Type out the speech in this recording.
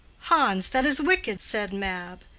hans, that is wicked, said mab.